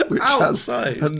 Outside